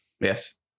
Yes